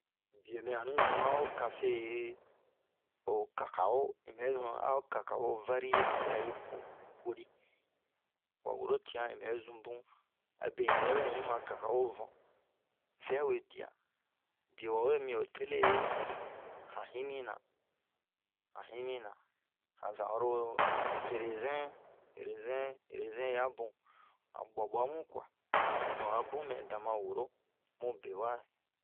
biyo mɛ onni zunna ho kafe hoho kakawo in bɛzun a ho kakawo variyetera yi bo-boni wa woro tiyan in bɛ zunbun abe in yɛrɛ bɛ in ma kakawo van- vɛwe diya biyo wawe mi ho tele han himina han himina hanzan oro rezɛn rezɛn rezɛn yabun han ɓuwa-buwa-mu kuwa donk abun mɛ dama woro mu bewa